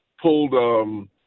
pulled –